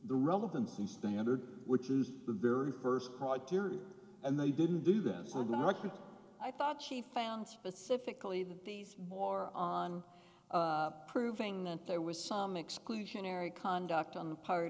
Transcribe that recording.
the relevancy standard which is the very first criteria and they didn't do that for the record i thought she found specifically that these more on proving that there was some exclusionary conduct on the part